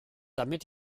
damit